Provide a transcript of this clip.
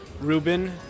Ruben